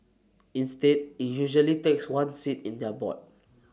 instead IT usually takes one seat in their board